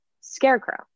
Scarecrow